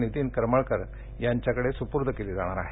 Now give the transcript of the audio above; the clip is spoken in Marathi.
नीतीन करमळकर यांच्याकडे सुपूर्द केली जाणार आहे